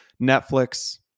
Netflix